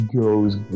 goes